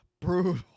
Brutal